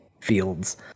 fields